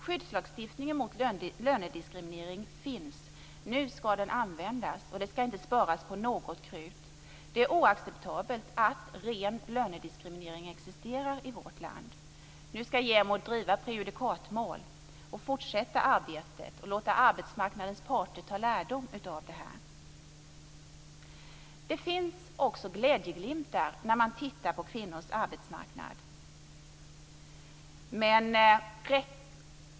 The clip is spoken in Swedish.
Skyddslagstiftning mot lönediskriminering finns, och nu skall den användas, och det skall inte sparas på något krut. Det är oacceptabelt att ren lönediskriminering existerar i vårt land. Nu skall JämO driva prejudikatmål och fortsätta arbetet och låta arbetsmarknadens parter ta lärdom av detta. Det finns också glädjeglimtar när man tittar på kvinnors arbetsmarknad.